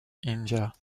india